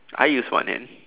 I use one hand